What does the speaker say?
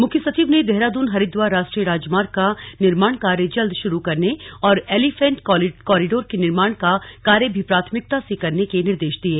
मुख्य सचिव ने देहरादून हरिद्वार राष्ट्रीय राजमार्ग का निर्माण कार्य जल्द शुरू करने और एलीफेंट कॉर्रिडोर के निर्माण का कार्य भी प्राथमिकता से करने के निर्देश दिये